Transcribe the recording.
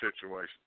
situation